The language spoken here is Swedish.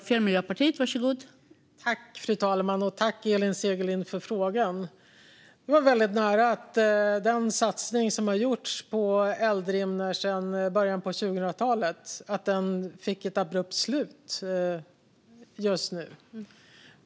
Fru talman! Tack, Elin Segerlind, för frågan! Det var väldigt nära att den satsning som gjorts på Eldrimner sedan början av 2000-talet fick ett abrupt slut nu.